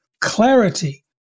clarity